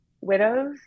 widows